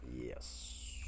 Yes